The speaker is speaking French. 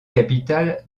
capitale